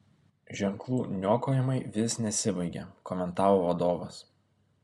ženklų niokojimai vis nesibaigia komentavo vadovas